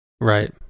Right